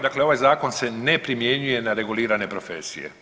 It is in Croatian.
Dakle, ovaj zakon se ne primjenjuje na regulirane profesije.